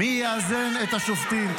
מי יאזן את השופטים?